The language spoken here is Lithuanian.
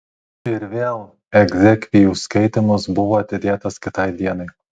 ir vėl egzekvijų skaitymas buvo atidėtas kitai dienai